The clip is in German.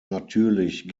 natürlich